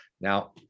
Now –